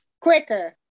quicker